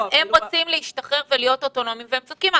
הם רוצים להשתחרר ולהיות אוטונומיים והם צודקים.